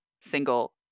single